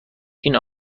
این